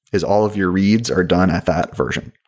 is all of your reads are done at that version.